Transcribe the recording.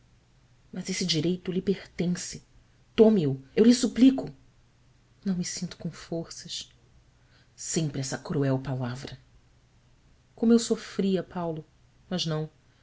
mas esse direito lhe pertence tome o eu lhe suplico ão me sinto com forças empre essa cruel palavra como eu sofria paulo mas não